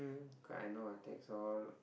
cause I know I text her all